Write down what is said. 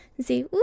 See